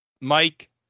Mike